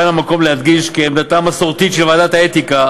כאן המקום להדגיש כי עמדתה המסורתית של ועדת האתיקה